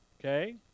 Okay